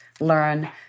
learn